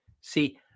See